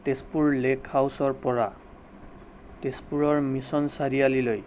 Tezpur lake হাউছৰ পৰা তেজপুৰৰ মিছন চাৰিআলিলৈ